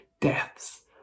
deaths